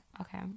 Okay